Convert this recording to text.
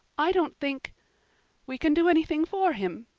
i don't think we can do anything for him.